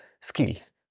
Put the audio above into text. skills